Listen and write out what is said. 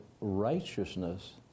righteousness